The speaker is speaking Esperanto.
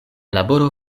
laboro